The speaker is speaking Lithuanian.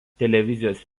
televizijos